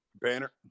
Banner